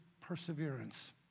perseverance